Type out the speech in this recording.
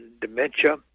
dementia